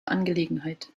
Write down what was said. angelegenheit